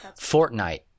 Fortnite